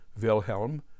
Wilhelm